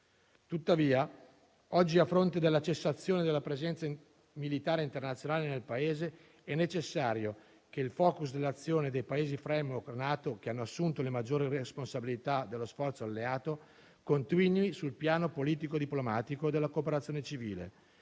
Tuttavia, oggi, a fronte della cessazione della presenza militare internazionale nel Paese, è necessario che il *focus* dell'azione dei Paesi *framework* NATO che hanno assunto le maggiori responsabilità dello sforzo alleato continui sul piano politico diplomatico e della cooperazione civile,